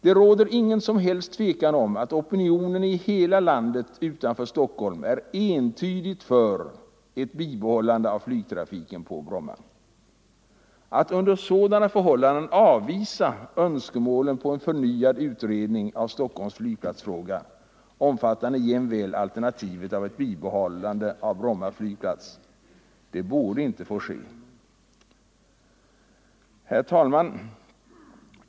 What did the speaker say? Det råder inget som helst tvivel om att opinionen i 21 hela landet utanför Stockholm entydigt är för ett bibehållande av flygtrafiken på Bromma. Att under sådana förhållanden avvisa önskemålen om en förnyad utredning av Stockholms flygplatsfråga, omfattande jämväl alternativet att bibehålla Bromma flygplats, borde inte få ske. Herr talman!